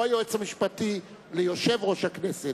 לא היועץ המשפטי ליושב-ראש הכנסת,